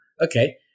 okay